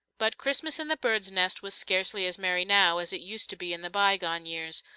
but christmas in the birds' nest was scarcely as merry now as it used to be in the bygone years,